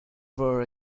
were